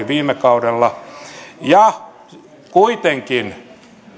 viime kaudella kuitenkin